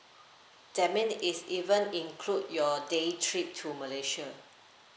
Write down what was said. that mean it's even include your day trip to malaysia